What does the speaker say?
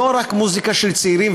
ולא רק מוזיקה של צעירים,